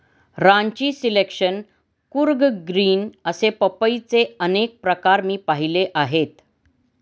Ranchi selection, Coorg green असे पपईचे अनेक प्रकार मी पाहिले आहेत